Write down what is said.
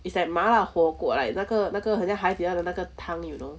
it's like 麻辣火锅 like 那个那个好像海底捞的那个汤 you know